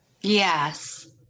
Yes